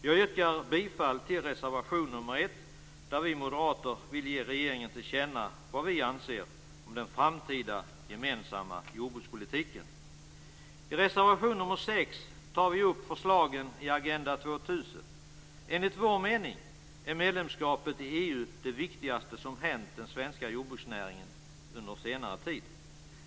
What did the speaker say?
Jag yrkar bifall till reservation nr 1 där vi moderater vill ge regeringen till känna vad vi anser om den framtida gemensamma jordbrukspolitiken. I reservation nr 6 tar vi upp förslagen i Agenda 2000. Enligt vår mening är medlemskapet i EU det viktigaste som hänt den svenska jordbruksnäringen under senare tid.